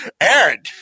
Aaron